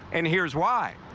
and here is why.